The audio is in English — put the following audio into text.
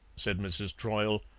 said mrs. troyle,